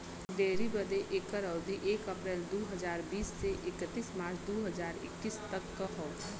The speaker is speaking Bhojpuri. डेयरी बदे एकर अवधी एक अप्रैल दू हज़ार बीस से इकतीस मार्च दू हज़ार इक्कीस तक क हौ